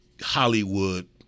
Hollywood